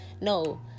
No